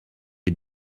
est